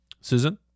Susan